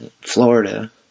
florida